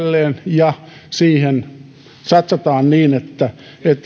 ja siihen satsataan niin että